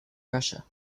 russia